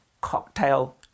cocktail